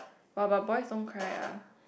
but but boys don't cry ah